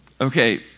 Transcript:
Okay